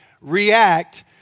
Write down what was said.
react